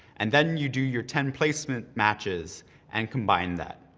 and then you do your ten placement matches and combine that.